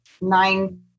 nine